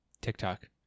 TikTok